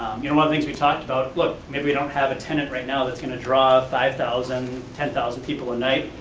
you know things we talked about, look, maybe we don't have a tenant right now that's gonna draw five thousand, ten thousand people a night,